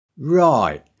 Right